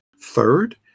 Third